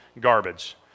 garbage